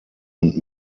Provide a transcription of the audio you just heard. und